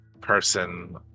person